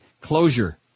Closure